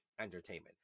entertainment